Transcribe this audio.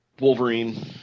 wolverine